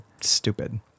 stupid